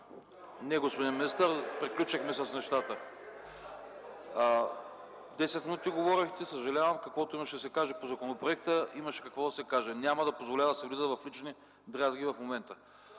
Не, господин министър, приключихме с нещата, десет минути говорихте. Съжалявам, каквото имаше да се каже по законопроекта, се каза. Няма да позволя да се влиза в лични дразги в момента.